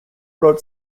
wrote